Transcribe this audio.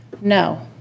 No